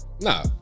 Nah